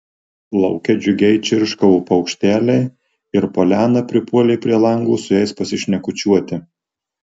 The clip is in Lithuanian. lauke džiugiai čirškavo paukšteliai ir poliana pripuolė prie lango su jais pasišnekučiuoti